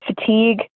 Fatigue